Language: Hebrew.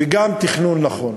וגם תכנון נכון.